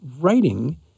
writing